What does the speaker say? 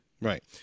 right